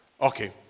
okay